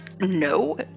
no